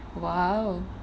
!wow!